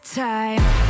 time